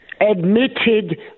Admitted